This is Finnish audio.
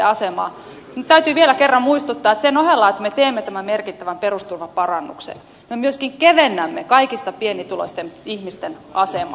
minun täytyy vielä kerran muistuttaa että sen ohella että me teemme tämän merkittävän perusturvaparannuksen me myöskin kevennämme kaikista pienituloisimpien ihmisten asemaa